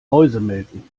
mäusemelken